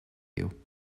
you